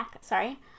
sorry